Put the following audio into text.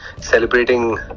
celebrating